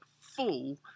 full